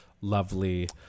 lovely